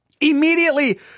Immediately